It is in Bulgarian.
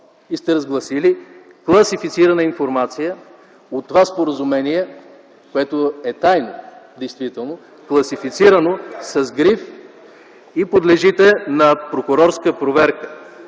и сте разгласили класифицирана информация от това споразумение, което е тайна действително. Класифицирано с гриф и подлежите на прокурорска проверка.